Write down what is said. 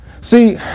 See